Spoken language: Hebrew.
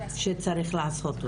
שצריך לעשות אותו.